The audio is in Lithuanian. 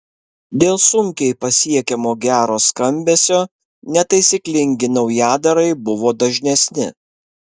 dėl sunkiai pasiekiamo gero skambesio netaisyklingi naujadarai buvo dažnesni